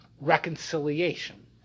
reconciliation